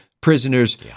prisoners